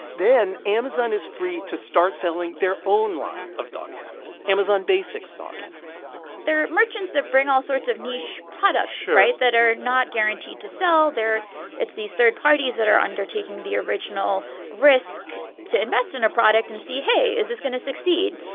then amazon is free to start selling their own line of dog hats, amazonbasics dog hats there are merchants that bring all sorts of niche products right. sure. that are not guaranteed to sell. they're it's these third parties that are undertaking the original risk to invest in a product and see, hey, is this going to succeed?